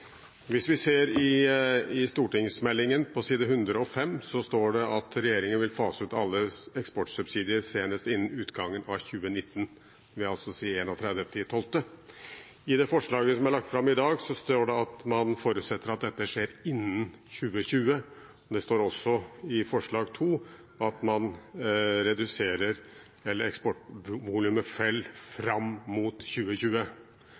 Hvis vi ser i stortingsmeldingen på side 105, står det: «Regjeringen vil fase ut alle eksportsubsidier senest innen utgangen av 2019.» Det vil altså si 31. desember. I det forslaget som er lagt fram i dag, står det at man forutsetter at dette skjer innen 2020. Det står også i forslag nr. 2 at